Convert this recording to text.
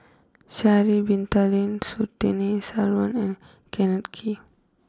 Sha'ari Bin Tadin Surtini Sarwan and Kenneth Kee